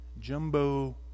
Jumbo